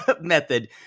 method